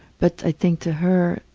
but i think to her,